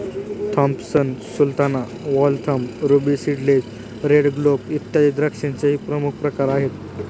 Thompson Sultana, Waltham, Ruby Seedless, Red Globe, इत्यादी द्राक्षांचेही प्रमुख प्रकार आहेत